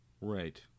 Right